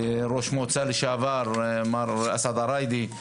ראש מועצה לשעבר מר אסעד עראידה,